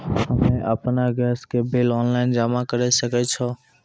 हम्मे आपन गैस के बिल ऑनलाइन जमा करै सकै छौ?